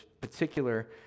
particular